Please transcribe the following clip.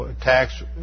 tax